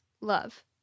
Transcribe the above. love